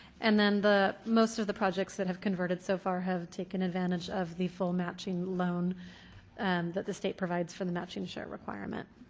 and then most of the projects that have converted so far have taken advantage of the full matching loan and that the state provides for the matching share requirement.